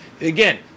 Again